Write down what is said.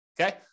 Okay